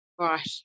Right